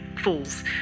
fools